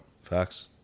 Facts